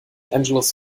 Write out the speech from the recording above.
angeles